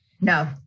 no